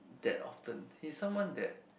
that often he's someone that